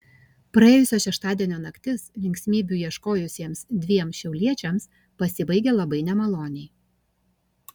praėjusio šeštadienio naktis linksmybių ieškojusiems dviem šiauliečiams pasibaigė labai nemaloniai